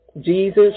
Jesus